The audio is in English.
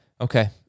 Okay